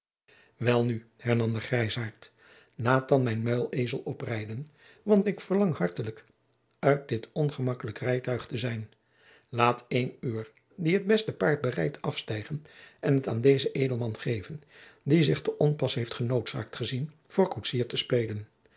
welnu hernam de grijzaart laat dan mijn muilezel oprijden want ik verlang hartelijk uit dit ongemakkelijk rijtuig te zijn laat een uwer die het beste paard berijdt afstijgen en het aan dezen edelman geven die zich te onpas heeft genoodzaakt gezien voor koetsier te speelen